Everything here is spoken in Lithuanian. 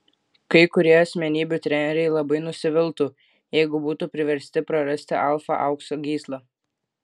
kai kurie asmenybių treneriai labai nusiviltų jeigu būtų priversti prarasti alfa aukso gyslą